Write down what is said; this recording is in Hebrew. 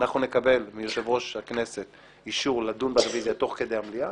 אנחנו נקבל מיושב-ראש הכנסת אישור לדון ברביזיה תוך כדי המליאה.